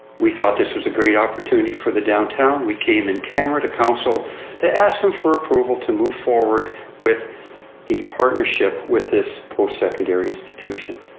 we thought this was a great opportunity for the downtown. we came in camera to council to ask them for approval to move forward with the partnership with this post secondary institution.